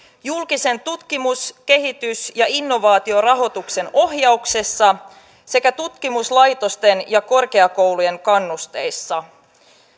julkisen tutkimus kehitys ja innovaatiorahoituksen ohjauksessa sekä tutkimuslaitosten ja korkeakoulujen kannusteissa